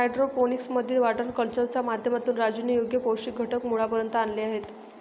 hydroponics मधील water कल्चरच्या माध्यमातून राजूने योग्य पौष्टिक घटक मुळापर्यंत आणले आहेत